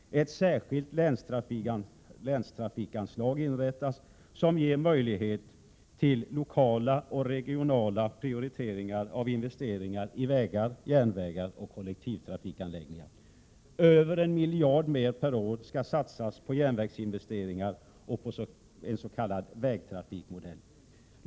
Ett särskilt länstrafikanslag inrättas, som ger möjlighet till lokala och regionala prioriteringar av investeringar i vägar, järnvägar och kollektivtrafikanläggningar. Mer än 1 miljard kronor per år skall satsas på järnvägsinvesteringar och på en s.k. vägtrafikmodell.